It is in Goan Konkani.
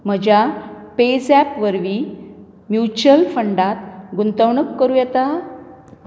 म्हज्या पेझॅप वरवीं म्युच्युअल फंडांत गुंतवणूक करूं येता